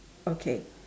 okay